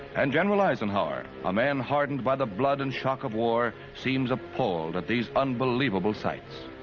and general eisenhower, a man hardened by the blood and shock of war, seems appalled at these unbelievable sights.